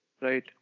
Right